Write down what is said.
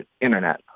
Internet